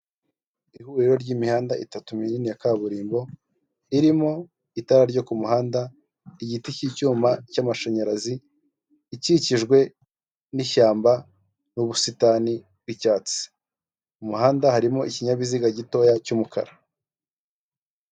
Ihuriro ry'imihanda itatu minini ya kaburimbo irimo itara ryo kumuhanda, igiti k'icyuma cy'amashanyarazi, ikikijwe n'ishyamba n'ubusitani bw'icyatsi umuhanda harimo ikinyabiziga gitoya cy'umukara.